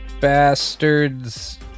bastards